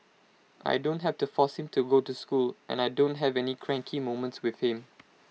I don't have to force him to go to school and I don't have any cranky moments with him